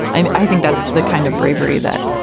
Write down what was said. and i think that's the kind of bravery that